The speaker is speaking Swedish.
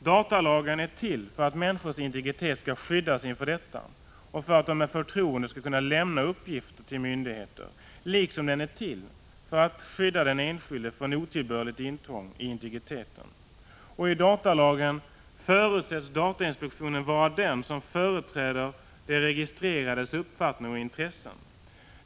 Datalagen är till för att människors integritet skall skyddas inför detta och för att de med förtroende skall kunna lämna uppgifter, liksom den är till för att skydda den enskilde från otillbörligt intrång i integriteten. Och i datalagen förutsätts datainspektionen vara den som företräder de registrerades uppfattning och intressen.